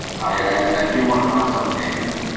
i do wanna talk about damon